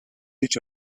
each